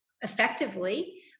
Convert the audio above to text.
effectively